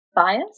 bias